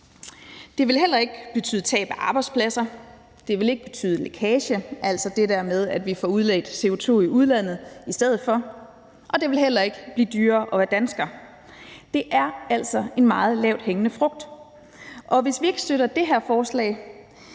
Det ville heller ikke betyde tab af arbejdspladser. Det ville ikke betyde lækage – altså det der med, at vi får udledt CO2 i udlandet i stedet for – og det ville heller ikke blive dyrere at være dansker. Det er altså en meget lavthængende frugt, og hvis vi ikke støtter det her forslag,